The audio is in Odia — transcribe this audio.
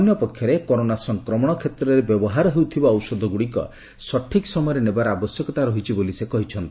ଅନ୍ୟ ପକ୍ଷରେ କରୋନା ସଂକ୍ରମଣ କ୍ଷେତ୍ରରେ ବ୍ୟବହାର ହେଉଥିବା ଔଷଧ ଗୁଡ଼ିକୁ ସଠିକ୍ ସମୟରେ ନେବାର ଆବଶ୍ୟକତା ରହିଛି ବୋଲି ସେ କହିଛନ୍ତି